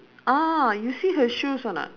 ah you see her shoes or not